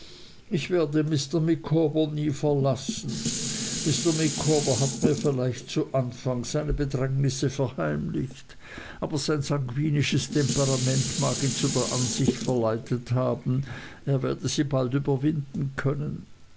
ich werde mr micawber nie verlassen mr micawber hat mir vielleicht zu anfang seine bedrängnisse verheimlicht aber sein sanguinisches temperament mag ihn zu der ansicht verleitet haben er werde sie bald überwinden können